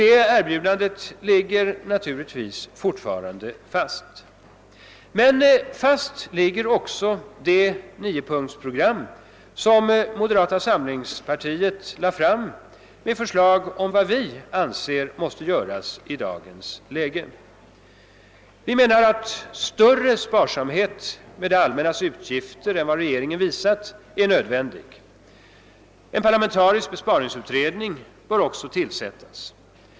Det erbjudandet ligger naturligtvis fast. Fast ligger också det niopunktsprogram som moderata samlingspartiet har lagt fram med förslag om vad som bör göras i dagens läge. Vi menar att större sparsamhet med det allmännas utgifter än vad regeringen har visat är nödvändig. En parlamentarisk besparingsutredning bör tillsättas.